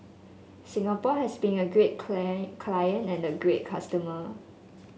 Singapore has been a great clay client and a great customer